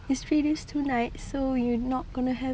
it's three days two nights so we're not going to have